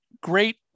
great